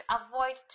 avoid